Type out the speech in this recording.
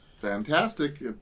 Fantastic